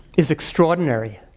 is extraordinary.